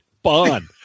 Bond